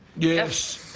yes.